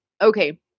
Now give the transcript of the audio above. Okay